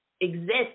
exist